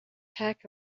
pack